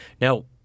Now